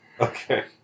Okay